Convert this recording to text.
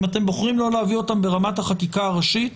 אם אתם בוחרים לא להביא אותן ברמת החקיקה הראשית,